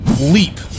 leap